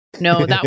No